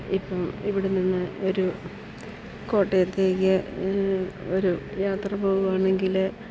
ഇപ്പം ഇവിടെ നിന്ന് ഒരു കോട്ടയത്തേക്ക് ഒരൂ ഒരു യാത്ര പോകുകയാണെങ്കിൽ